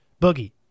Boogie